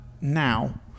now